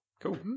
cool